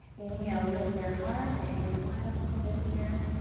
inhale, lift your heart. maybe smile just a bit here.